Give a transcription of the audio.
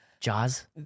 Jaws